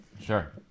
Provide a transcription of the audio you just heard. Sure